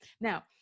Now